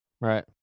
Right